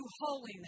holiness